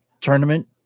tournament